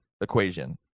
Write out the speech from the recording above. equation